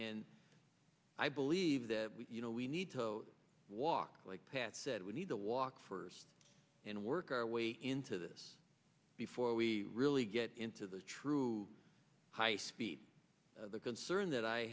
and i believe that you know we need to walk like pat said we need to walk first and work our way into this before we really get into the true high speed the concern that i